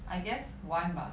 I guess one bah